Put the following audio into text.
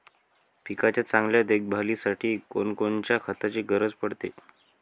पिकाच्या चांगल्या देखभालीसाठी कोनकोनच्या खताची गरज पडते?